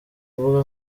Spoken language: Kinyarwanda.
imbuga